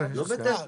לא בטסלה.